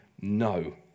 no